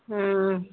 हाँ